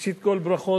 ראשית כול ברכות,